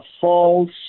false